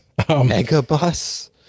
Megabus